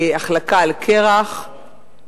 החלקה על קרח,